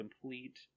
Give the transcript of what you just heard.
complete